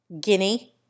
Guinea